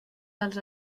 dels